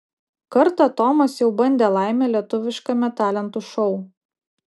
kartą tomas jau bandė laimę lietuviškame talentų šou